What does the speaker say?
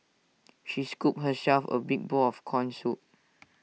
she scooped herself A big bowl of Corn Soup